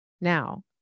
Now